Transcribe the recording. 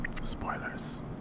Spoilers